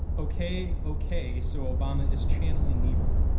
ok, ok. so obama is channeling niebuhr.